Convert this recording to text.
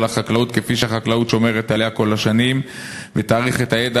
החקלאות כפי שהחקלאות שומרת עליה כל השנים ותעריך את הידע,